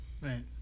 right